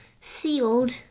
Sealed